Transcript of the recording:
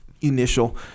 initial